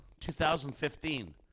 2015